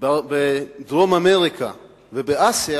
בדרום-אמריקה ובאסיה,